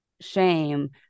shame